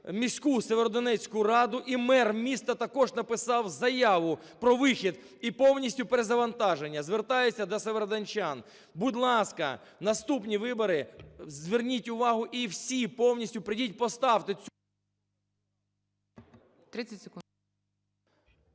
міську Сєвєродонецьку раду, і мер міста також написав заяву про вихід, і повністю перезавантаження. Звертаюся досєвєродончан: будь ласка, наступні вибори, зверніть увагу і всі повністю прийдіть, поставте … ГОЛОВУЮЧИЙ. 30 секунд.